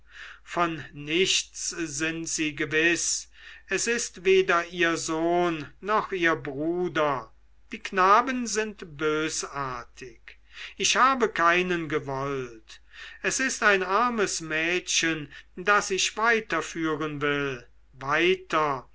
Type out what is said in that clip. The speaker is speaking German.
von nichts sind sie gewiß es ist weder ihr sohn noch ihr bruder die knaben sind bösartig ich habe keinen gewollt es ist ein armes mädchen das ich weiterführen will weiter